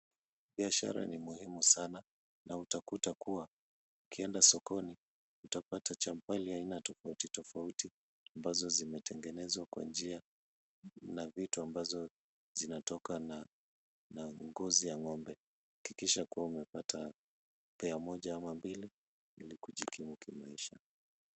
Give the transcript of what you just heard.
Biashara ni muhimu sana na utakuta kuwa ukienda sokoni utapata champali ya aina tofauti tofauti ambazo zimetengenezwa kwa njia na vitu ambavyo vinatokana na ngozi ya ng'ombe. Hakikisha kuwa umepata pair moja au mbili ili kujikimu na maisha.